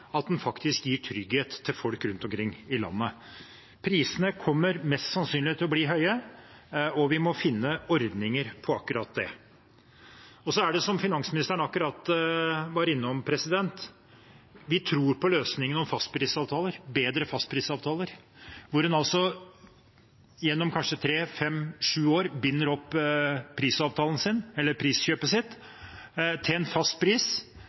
at den gir trygghet til folk rundt omkring i landet. Prisene kommer mest sannsynlig til å bli høye, og vi må finne ordninger for det. Som finansministeren nettopp var innom, tror vi på løsningen med bedre fastprisavtaler, hvor en gjennom kanskje tre, fem eller sju år binder priskjøpet sitt til en fast pris